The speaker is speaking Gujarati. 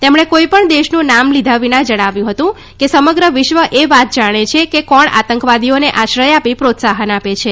તેમણે કોઈપણ દેશનું નામ લીધા વિના જણાવ્યું હતું કે સમગ્ર વિશ્વ એ વાત જાણે છે કે કોણ આતંકવાદીઓને આશ્રય આપી પ્રોત્સાહન આપે છે